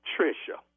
Trisha